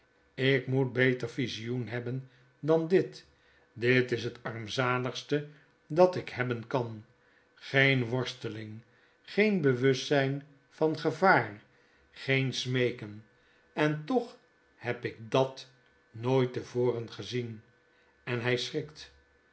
ik moet beter visioen hebben dan dit dit is het armzaligste dat ik hebben kan geen worsteling geen bewustzijn van gevaar geen smeeken en toch heb ik dat nooit te voren gezien en hy schrikt